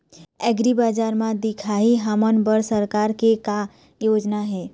एग्रीबजार म दिखाही हमन बर सरकार के का योजना हे?